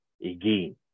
again